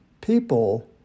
people